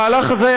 המהלך הזה,